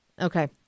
Okay